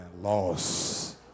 Loss